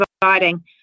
providing